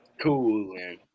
Cool